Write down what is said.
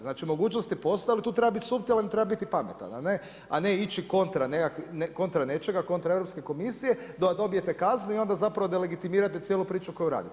Znači mogućnosti postoje, ali tu treba biti suptilan i treba biti pametan, a ne ići kontra nečega, kontra Europske komisije da dobijete kaznu i onda zapravo delegitimirate cijelu priču koju radite.